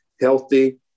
healthy